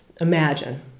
Imagine